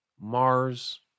Mars